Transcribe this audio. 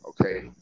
okay